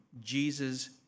Jesus